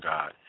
God